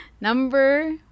Number